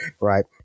right